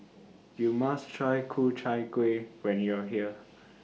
YOU must Try Ku Chai Kueh when YOU Are here